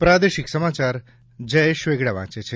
પ્રાદેશિક સમાચાર જયેશ વેગડા વાંચે છે